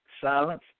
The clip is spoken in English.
silence